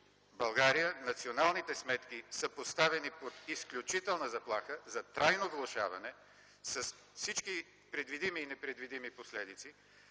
България националните сметки са поставени под изключителна заплаха за трайно влошаване с всички предвидими и непредвидими последици!